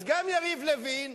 אז גם יריב לוין,